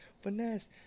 finesse